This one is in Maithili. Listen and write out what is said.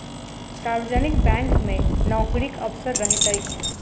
सार्वजनिक बैंक मे नोकरीक अवसर रहैत अछि